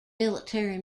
military